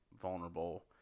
vulnerable